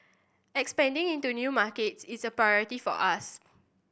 expanding into new markets is a priority for us